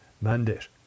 mandate